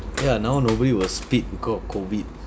ya now nobody will spit because of COVID